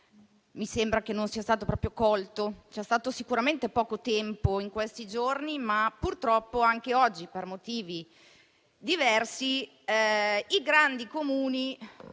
mi sembra non sia stato colto. C'è stato sicuramente poco tempo in questi giorni, ma purtroppo anche oggi, per motivi diversi, i grandi Comuni